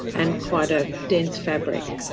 and quite a dense fabric.